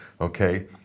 Okay